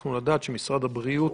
נוכחנו לדעת שמשרד הבריאות,